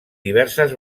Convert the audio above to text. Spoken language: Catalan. diverses